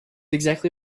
exactly